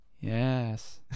Yes